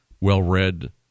well-read